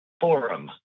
Forum